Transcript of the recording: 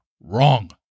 Wrong